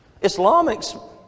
Islamics